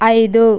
ఐదు